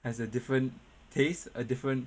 has a different taste a different